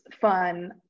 fun